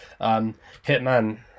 Hitman